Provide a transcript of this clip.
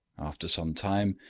after some time,